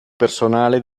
personale